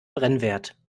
brennwert